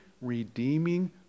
redeeming